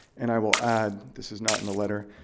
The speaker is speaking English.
and i will add, this is not in the letter,